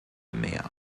mehr